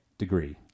degree